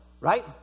Right